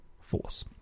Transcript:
force